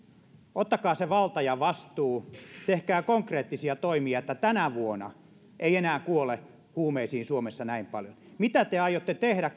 ottakaa se valta ja vastuu tehkää konkreettisia toimia jotta tänä vuonna ei enää kuole huumeisiin suomessa näin paljon mitä konkreettisia toimia te aiotte tehdä